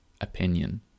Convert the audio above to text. opinion